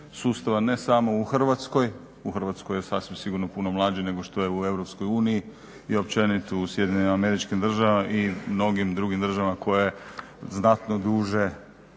sustava, ne samo u Hrvatskoj, u Hrvatskoj je sasvim sigurno puno mlađi nego što je u EU i općenito u SAD-u i mnogim drugim državama koje znatno duže